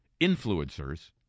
influencers